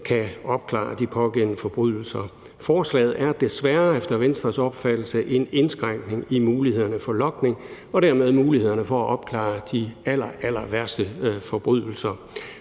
kan opklare de pågældende forbrydelser. Forslaget er desværre efter Venstres opfattelse en indskrænkning i mulighederne for logning og dermed mulighederne for at opklare de allerallerværste forbrydelser.